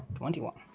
twenty one.